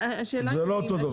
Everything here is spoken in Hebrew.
זה לא אותו דבר.